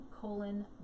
Colon